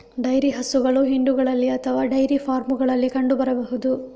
dairy ಹಸುಗಳು ಹಿಂಡುಗಳಲ್ಲಿ ಅಥವಾ ಡೈರಿ ಫಾರ್ಮುಗಳಲ್ಲಿ ಕಂಡು ಬರಬಹುದು